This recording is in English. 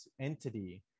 entity